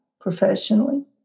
professionally